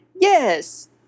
Yes